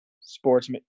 sports